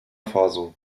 faso